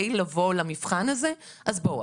לבוא לעשות את המבחן הזה?" אז בואו,